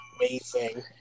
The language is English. amazing